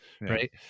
right